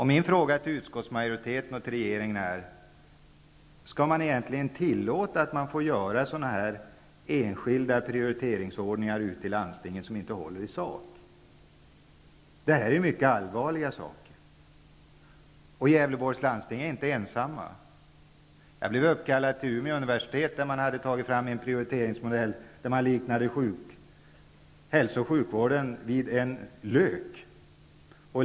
Min fråga till utskottsmajoriteten och regeringen är: Skall det egentligen tillåtas att man gör enskilda prioriteringsordningar ute i landstingen som inte håller i sak? Det här är mycket allvarligt. Gävleborgs läns landsting är inte ensamt om detta. Jag blev uppkallad till Umeå universitet där man hade tagit fram en prioriteringsmodell som liknade hälso och sjukvården vid en lök.